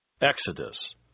Exodus